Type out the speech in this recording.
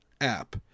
app